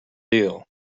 deal